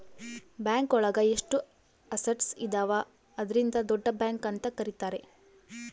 bank ಒಳಗ ಎಷ್ಟು assets ಇದಾವ ಅದ್ರಿಂದ ದೊಡ್ಡ ಬ್ಯಾಂಕ್ ಅಂತ ಕರೀತಾರೆ